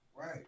Right